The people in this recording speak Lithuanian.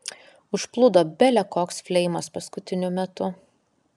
užplūdo bele koks fleimas paskutiniu metu